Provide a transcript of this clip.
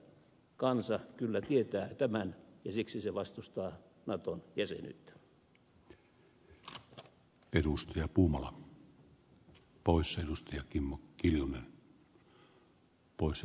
kansa kyllä tietää tämän ja siksi se vastustaa naton jäsenyyttä